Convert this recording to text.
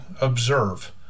observe